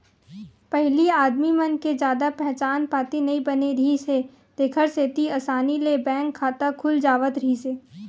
पहिली आदमी मन के जादा पहचान पाती नइ बने रिहिस हे तेखर सेती असानी ले बैंक खाता खुल जावत रिहिस हे